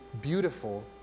beautiful